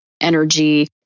energy